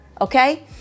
okay